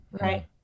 Right